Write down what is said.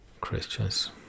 christians